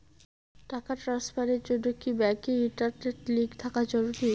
টাকা ট্রানস্ফারস এর জন্য কি ব্যাংকে ইন্টারনেট লিংঙ্ক থাকা জরুরি?